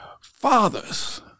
fathers